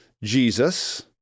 Jesus